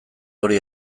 hori